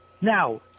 Now